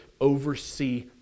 oversee